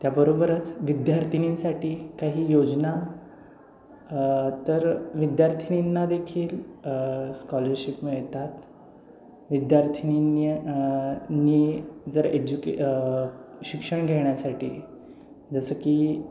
त्याबरोबरच विद्यार्थिनींसाठी काही योजना तर विद्यार्थिनींना देखील स्कॉलरशिप मिळतात विद्यार्थिनींनी नी जर एज्युके शिक्षण घेण्यासाठी जसं की